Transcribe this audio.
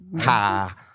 ha